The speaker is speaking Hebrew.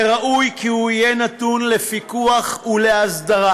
וראוי כי הוא יהיה נתון לפיקוח ולהסדרה.